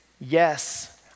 yes